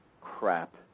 crap